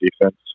defense